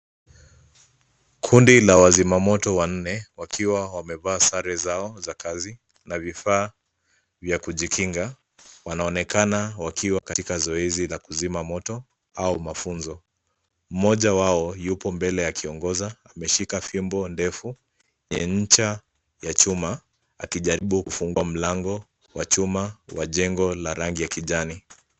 Kundi la wazimamoto wanne, wakiwa wamevaa sare zao za kazi na vifaa vya kujikinga, wanaonekana wakiwa katika zoezi la kuzima moto au mafunzo. Mmoja wao yupo mbele akiongoza, ameshika fimbo ndefu ya ncha ya chuma, akijaribu kufungua mlango wa chuma wa jengo la rangi ya kijani.